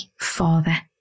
Father